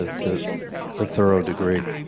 ah to a thorough degree.